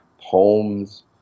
poems